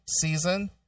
season